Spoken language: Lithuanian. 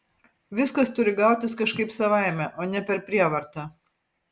viskas turi gautis kažkaip savaime o ne per prievartą